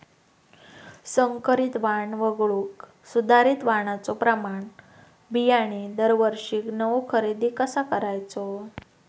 संकरित वाण वगळुक सुधारित वाणाचो प्रमाण बियाणे दरवर्षीक नवो खरेदी कसा करायचो?